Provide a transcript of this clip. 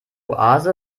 oase